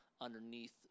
underneath